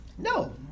No